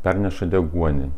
perneša deguonį